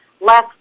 less